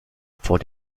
vor